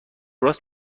راست